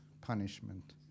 punishment